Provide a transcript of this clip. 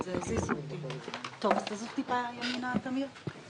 את הכנסת לעבודה בתקופה כל כך דרמטית לבריאות